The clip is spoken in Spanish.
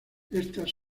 estas